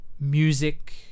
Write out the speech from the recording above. music